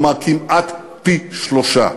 כלומר כמעט פי-שלושה.